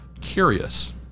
curious